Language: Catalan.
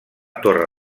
torre